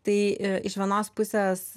tai iš vienos pusės